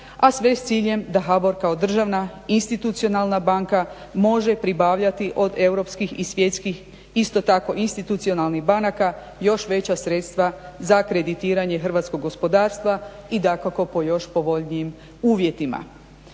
a sve s ciljem da HBOR kao državna institucionalna banka može pribavljati od europskih i svjetskih isto tako institucionalnih banaka još veća sredstva za kreditiranje hrvatskog gospodarstva i dakako po još povoljnijim uvjetima.